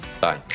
Bye